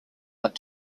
but